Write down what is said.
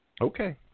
Okay